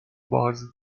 باز